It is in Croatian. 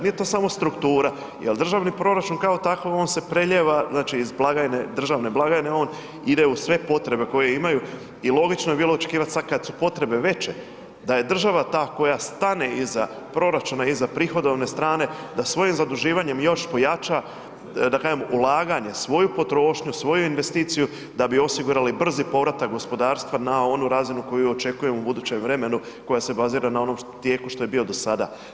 Nije to samo struktura jel državni proračun kao takav on se prelijeva iz državne blagajne on ide u sve potrebe koje imaju i logično bi bilo očekivat sada kada su potrebe veće da je država ta koja stane iza proračuna, iza prihodovne strane da svojim zaduživanjem još pojača ulaganje, svoju potrošnju, svoju investiciju da bi osigurali brzi povratak gospodarstva na onu koju očekujemo u budućem vremenu koja se bazira na onom tijelu što je bio do sada.